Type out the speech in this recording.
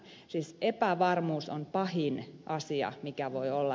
siis epävarmuus on pahin asia mitä voi olla